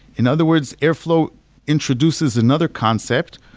in other words, airflow introduces another concept,